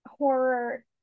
horror